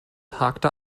hakte